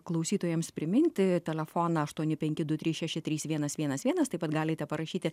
klausytojams priminti telefoną aštuoni penki du trys šeši trys vienas vienas vienas taip pat galite parašyti